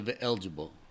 eligible